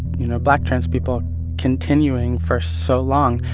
you know, black trans people continuing for so long.